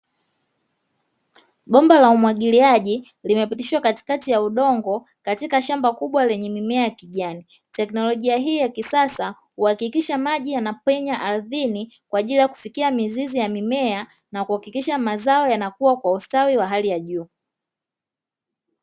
Bomba la umwagiliaji limepitishwa katikati ya udongo katika shamba kubwa lenye mimea ya kijani. Teknolojia hii ya kisasa huhakikisha maji yanapenya ardhini kwa ajili ya kuhakikisha maji yanafikia mimea na kuhakikisha mazao yanakua kwa ustawi wa hali ya juu.